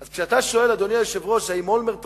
אז כשאתה שואל, אדוני היושב-ראש, האם אולמרט רצה,